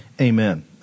Amen